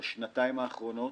בשנתיים האחרונות